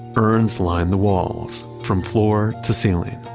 urns line the walls from floor to ceiling.